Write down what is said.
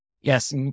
yes